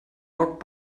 dog